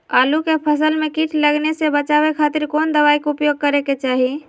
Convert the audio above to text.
आलू के फसल में कीट लगने से बचावे खातिर कौन दवाई के उपयोग करे के चाही?